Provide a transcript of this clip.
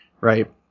Right